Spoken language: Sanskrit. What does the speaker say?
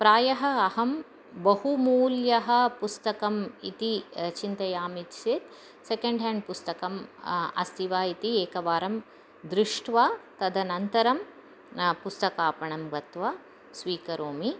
प्रायः अहं बहुमूल्यं पुस्तकम् इति चिन्तयामि चेत् सेकेण्ड् हाण्ड् पुस्तकं अस्ति वा इति एकवारं दृष्ट्वा तदनन्तरं पुस्तकापणं गत्वा स्वीकरोमि